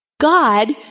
God